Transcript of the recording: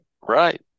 Right